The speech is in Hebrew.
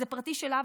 זה פרטי שלה,